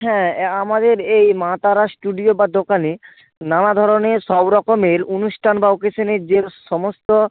হ্যাঁ আমাদের এই মা তারা স্টুডিও বা দোকানে নানা ধরনের সব রকমের অনুষ্ঠান বা অকেশনে যে সমস্ত